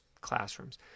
classrooms